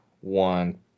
one